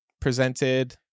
presented